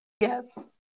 yes